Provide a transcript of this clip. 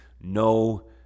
no